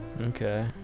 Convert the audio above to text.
Okay